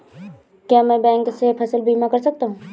क्या मैं बैंक से फसल बीमा करा सकता हूँ?